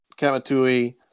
Kamatui